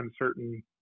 uncertain